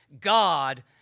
God